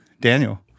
Daniel